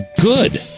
good